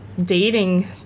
dating